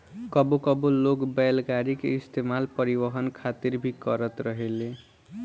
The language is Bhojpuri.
कबो कबो लोग बैलगाड़ी के इस्तेमाल परिवहन खातिर भी करत रहेले